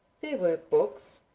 there were books,